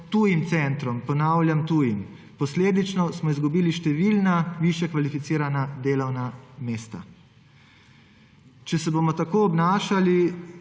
tujim centrom. Poudarjam: tujim. Posledično smo izgubili števila višje kvalificirana delovna mesta. Če se bomo tako obnašali,